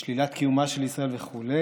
בשלילת קיומה של ישראל וכו',